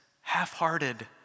half-hearted